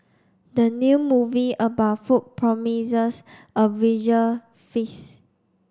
the new movie about food promises a visual feast